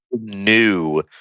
new